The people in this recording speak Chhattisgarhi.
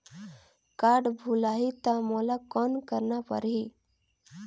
कारड भुलाही ता मोला कौन करना परही?